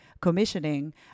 commissioning